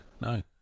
no